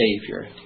Savior